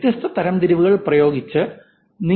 വ്യത്യസ്ത തരംതിരിവുകൾ പ്രയോഗിച്ചു